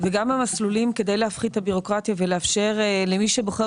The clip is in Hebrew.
כדי להפחית את הביורוקרטיה ולאפשר למי שבוחר